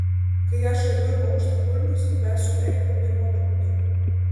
kai aš aviu aukštakulnius mes su eriku vienodo ūgio